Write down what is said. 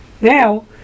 Now